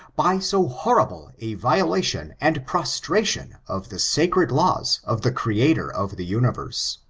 by so horrible a violation and prostration of the sacred laws of the creator of the universe.